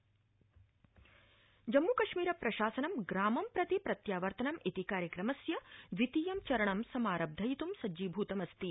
जम्मूकश्मीरम् जम्मूकश्मीरप्रशासनं ग्रामं प्रति प्रत्यावर्तनं इति कार्यक्रमस्य द्वितीयं चरणं समारब्धयित्ं सज्जीभूतमस्ति